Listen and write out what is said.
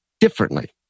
differently